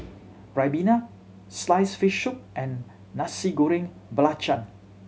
ribena sliced fish soup and Nasi Goreng Belacan